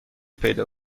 پیدا